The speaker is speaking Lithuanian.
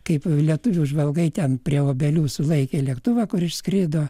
kaip lietuvių žvalgai ten prie obelių sulaikė lėktuvą kuris skrido